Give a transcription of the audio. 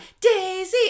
Daisy